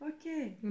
Okay